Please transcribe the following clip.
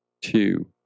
two